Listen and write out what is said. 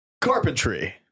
Carpentry